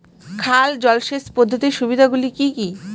খাল জলসেচ পদ্ধতির সুবিধাগুলি কি কি?